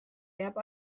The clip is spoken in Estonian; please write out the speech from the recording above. jääb